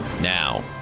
now